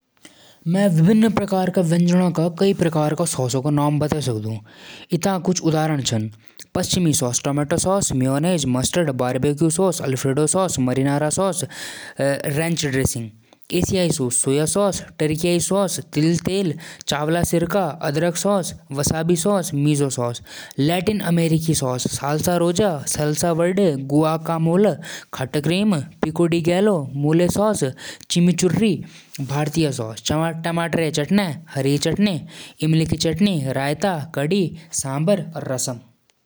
कार ब्रांडां म Maruti Suzuki, Tata, Mahindra, Hyundai, Honda, Toyota, Ford, BMW, Mercedes, Audi, Volvo, Skoda, Kia, Nissan, Datsun, Jaguar, Land Rover, Renault, Volkswagen और Ferrari. Maruti और टाटा भारत म लोकप्रिय होलां। बीएमडब्ल्यू और मर्सिडीज लक्ज़री गाड़ियां होलां। टाटा और महिंद्रा पहाड़ी इलाकों म खूब देखल जालां।